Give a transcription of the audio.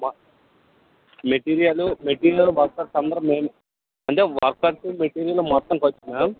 మా material material workers అందరం మేమ్ అంటే వర్కర్స్ మెటీరియల్ మొత్తం ఖర్చు మ్యామ్